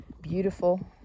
beautiful